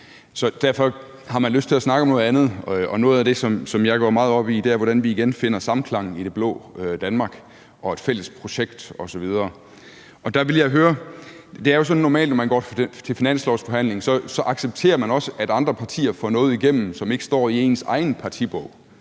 Derfor har man lyst til at snakke om noget andet, og noget af det, som jeg går meget op i, er, hvordan vi igen finder samklangen i det blå Danmark, et fælles projekt osv., og der vil jeg høre om noget. Det er jo normalt sådan, at når man går til en finanslovsforhandling, accepterer man også, at andre partier får noget igennem, som ikke står i ens egen partibog.